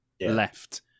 left